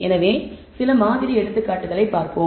எனவே சில மாதிரி எடுத்துக்காட்டுகளைப் பார்ப்போம்